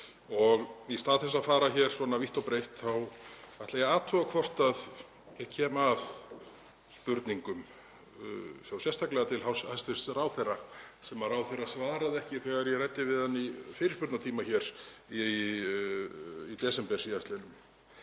og í stað þess að fara svona vítt og breitt þá ætla ég að athuga hvort ég kem að spurningum, sérstaklega til hæstv. ráðherra, sem ráðherra svaraði ekki þegar ég ræddi við hann í fyrirspurnatíma hér í desember síðastliðnum.